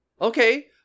Okay